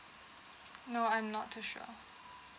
no I'm not too sure